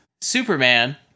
Superman